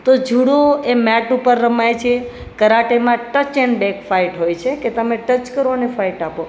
તો જુડો એ મેટ ઉપર રમાય છે કરાટેમાં ટચ એન ડેક ફાઇટ હોય છે કે તમે ટચ કરો અને ફાઇટ આપો